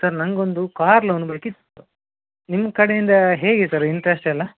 sir ನನಗೊಂದು car loan ಬೇಕಿತ್ತು ನಿಮ್ಮ ಕಡೆಯಿಂದ ಹೇಗೆ ಸರ್ ಇಂಟ್ರೆಸ್ಟೆಲ್ಲ